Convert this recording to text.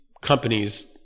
companies